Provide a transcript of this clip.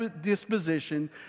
disposition